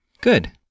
Good